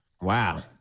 Wow